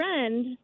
friend